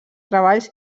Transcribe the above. treballs